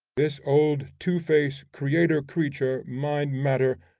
this old two-face, creator-creature, mind-matter,